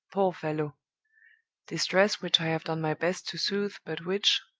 poor fellow distress which i have done my best to soothe, but which,